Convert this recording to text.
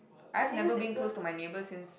I've never been close to my neighbour since